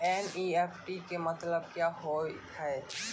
NEFT के मतलब का होव हेय?